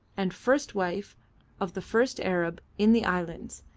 and first wife of the first arab in the islands,